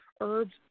herbs